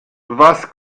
was